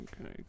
okay